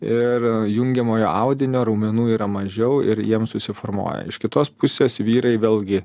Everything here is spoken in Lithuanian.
ir jungiamojo audinio raumenų yra mažiau ir jiem susiformuoja iš kitos pusės vyrai vėlgi